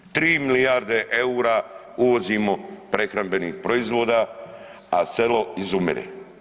3 milijarde EUR-a uvozimo prehrambenih proizvoda, a selo izumire.